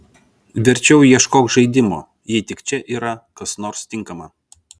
verčiau ieškok žaidimo jei tik čia yra kas nors tinkama